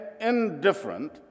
indifferent